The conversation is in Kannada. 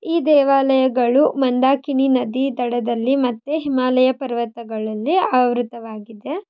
ಈ ದೇವಾಲಯಗಳು ಮಂದಾಕಿನಿ ನದಿ ದಡದಲ್ಲಿ ಮತ್ತು ಹಿಮಾಲಯ ಪರ್ವತಗಳಲ್ಲಿ ಆವೃತವಾಗಿದೆ